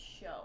show